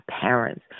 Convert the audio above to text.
parents